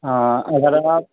ہاں اگر آپ